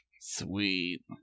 Sweet